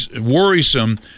worrisome